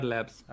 Labs